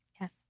Yes